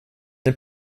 den